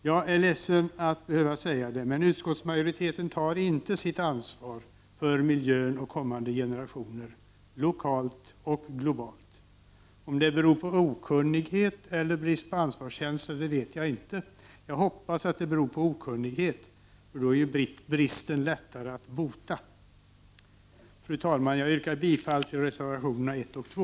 Jag är ledsen att behöva säga det, men utskottsmajoriteten tar inte sitt ansvar för miljön och för kommande generationer — lokalt och globalt. Om det beror på okunnighet eller brist på ansvarskänsla vet jag inte. Jag hoppas att det beror på okunnighet, för då är ju bristen lättare att bota. Fru talman! Jag yrkar bifall till reservationerna 1 och 2.